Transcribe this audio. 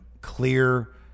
clear